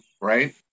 right